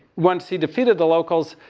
once he defeated the locals,